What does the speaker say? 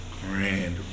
grand